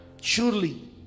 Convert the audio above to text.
Surely